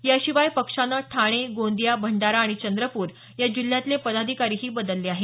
याशिवाय पक्षानं ठाणे गोंदिया भंडारा आणि चंद्रपूर या जिल्ह्यातले पदाधिकारीही बदलले आहेत